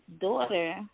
daughter